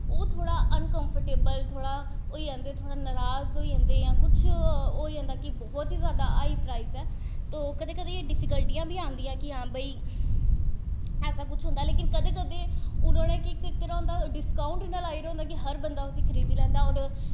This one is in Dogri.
ओह् थोह्ड़ा अनकंफर्टटेवल थोह्ड़ा होई जंदे थोह्ड़े नराज होई जंदे कुछ होई जंदा कि बौह्त ही जैदा हाई प्राईंज़ ऐ ते कदें कदें डिफिक्लटियां बी आंदियां कि हां भाई ऐसा कुछ होंदा लेकिन कदें कदें हून केह् कीते दा होंदा डिस्काउंट होंदा लाए दा कि हर बंदा उस्सी खरीदी लैंदा होर